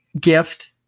gift